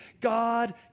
God